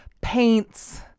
Paints